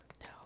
No